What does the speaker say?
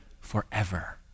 forever